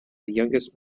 youngest